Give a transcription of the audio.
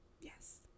Yes